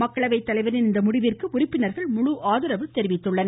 மக்களவைத்தலைவரின் இந்த முடிவிற்கு உறுப்பினர்கள் முழு ஆதரவு தெரிவித்தனர்